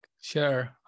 Sure